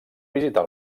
visitar